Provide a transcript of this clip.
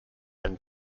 and